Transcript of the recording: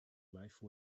life